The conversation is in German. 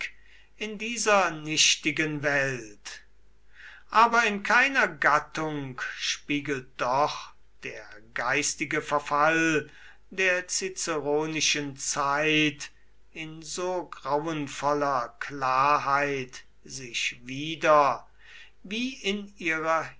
in dieser nichtigen welt aber in keiner gattung spiegelt doch der geistige verfall der ciceronischen zeit in so grauenvoller klarheit sich wieder wie in ihrer